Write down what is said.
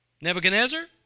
Nebuchadnezzar